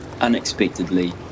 unexpectedly